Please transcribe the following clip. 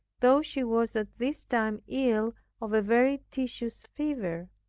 though she was at this time ill of a very tedious fever.